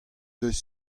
eus